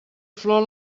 flor